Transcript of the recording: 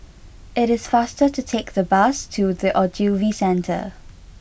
it is faster to take the bus to The Ogilvy Centre